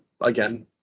again